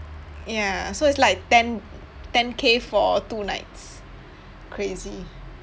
ya so it's like ten ten K for two nights crazy